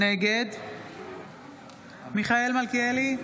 נגד מיכאל מלכיאלי,